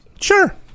Sure